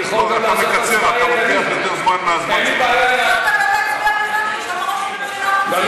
אתה לוקח יותר זמן מהזמן, להצביע, גם